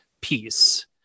piece